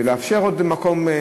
ולאפשר עוד מקום,